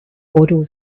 waddles